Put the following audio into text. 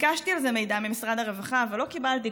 ביקשתי על זה מידע ממשרד הרווחה אבל לא קיבלתי,